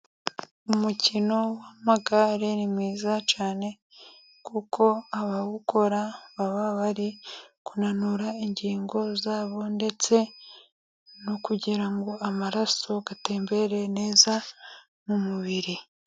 Umukino w'amagare ni mwiza cyane, kuko abawukora baba bari kunanura ingingo zabo ndetse no kugira ngo amaraso atembere neza mu mubiri.